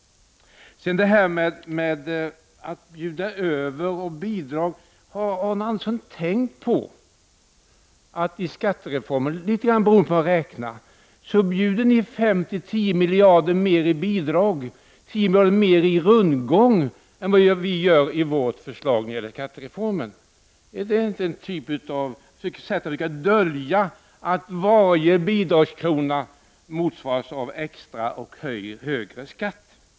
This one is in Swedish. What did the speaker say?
Sedan till detta om att bjuda över och ge bidrag. Har Arne Andersson tänkt på att ni socialdemokrater i skattereformen, beroende litet grand på hur man räknar, bjuder 5-10 miljarder mer i bidrag, i rundgång, än vad vi centerpartister gör i vårt förslag till skattereform? Är detta inte att dölja att varje bidragskrona motsvaras av extra och högre skatt?